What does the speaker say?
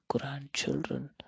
grandchildren